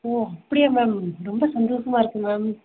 ஓ அப்படியா மேம் ரொம்ப சந்தோஷமா இருக்கு மேம்